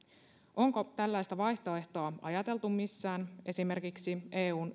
onko tällaista vaihtoehtoa ajateltu missään esimerkiksi eun